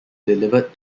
delivered